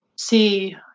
See